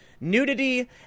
nudity